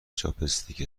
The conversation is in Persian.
چاپستیک